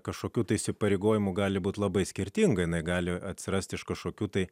kažkokių įsipareigojimų gali būti labai skirtingai nei gali atsirasti iš kažkokių tai